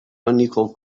unequal